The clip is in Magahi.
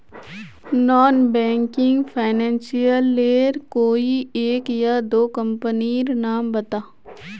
नॉन बैंकिंग फाइनेंशियल लेर कोई एक या दो कंपनी नीर नाम बता?